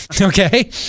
okay